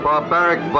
Barbaric